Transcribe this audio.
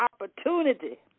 opportunity